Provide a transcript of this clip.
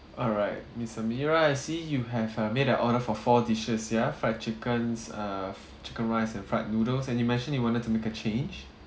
alright miss amira I see you have uh made an order for four dishes ya fried chickens uh chicken rice and fried noodles and you mentioned you wanted to make a change